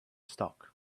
stock